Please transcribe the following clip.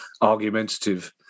argumentative